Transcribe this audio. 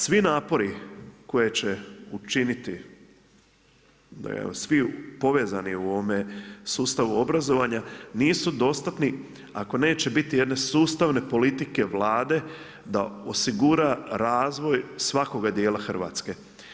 Svi napori koje će učiniti svi povezani u ovome sustavu obrazovanja nisu dostatni ako neće biti jedne sustavne politike Vlade da osigura razvoj svakoga dijela Hrvatske.